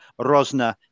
Rosner